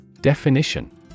Definition